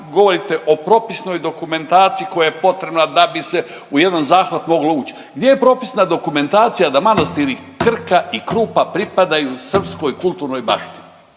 govorite o propisnoj dokumentaciji koja je potrebna da bi se u jedan zahvat moglo uć. Gdje je propisna dokumentacija da Manastir i Krka i Krupa pripadaju srpskoj kulturnoj baštini,